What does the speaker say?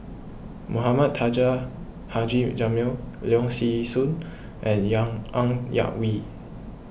Mohamed Taha Haji Jamil Leong Yee Soo and Yang Ng Yak Whee